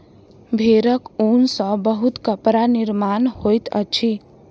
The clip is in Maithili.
भेड़क ऊन सॅ बहुत कपड़ा निर्माण होइत अछि